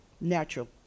Natural